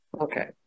Okay